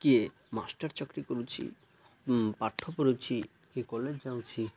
କିଏ ମାଷ୍ଟର ଚାକିରି କରୁଛି ପାଠ ପଢ଼ୁଛି କିଏ କଲେଜ ଯାଉଛି